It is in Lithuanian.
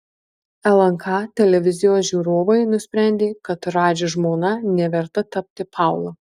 lnk televizijos žiūrovai nusprendė kad radži žmona neverta tapti paula